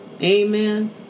Amen